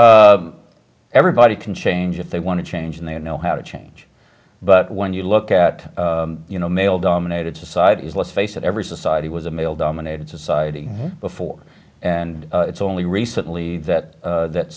well everybody can change if they want to change and they know how to change but when you look at you know male dominated societies let's face it every society was a male dominated society before and it's only recently that